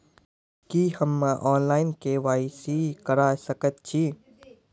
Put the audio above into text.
की हम्मे online, KYC करा सकैत छी?